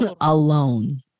Alone